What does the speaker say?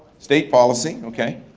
state policy, okay.